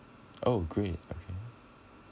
oh great okay